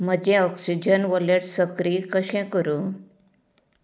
म्हजें oxygen wallet सक्रीय कशें करूं